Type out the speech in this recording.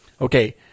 Okay